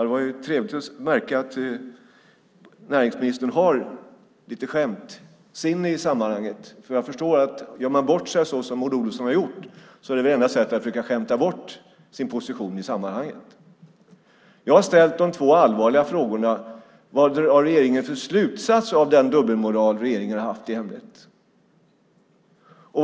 Det var i och för sig trevligt att märka att näringsministern har lite skämtlynne, för gör man bort sig så som Maud Olofsson har gjort är väl enda lösningen att försöka skämta bort sin position i sammanhanget. Jag har ställt två allvarliga frågor. Vad drar regeringen för slutsats av den dubbelmoral regeringen har haft i ämnet?